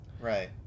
Right